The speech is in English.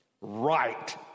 Right